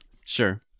Sure